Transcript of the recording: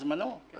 בזמנו, כן.